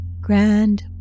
Grand